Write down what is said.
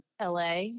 la